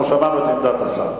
אנחנו שמענו את עמדת השר.